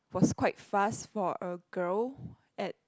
was quite fast for a girl at